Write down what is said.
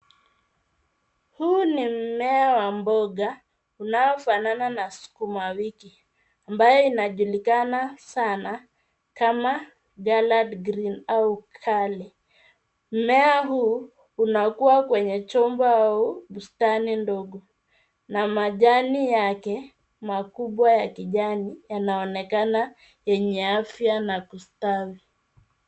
Huu ni mmea wa mboga unaofanana na sukuma wiki ambayo inajulikana sana kama salad green au kale .Mmea huu unakua kwenye chumba au bustani ndogo na majani yake makubwa ya kijani yanaonekana yenye afya na kustawi.